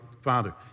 father